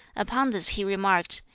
upon this he remarked,